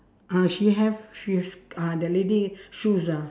ah she have she have sc~ ah the lady shoes ah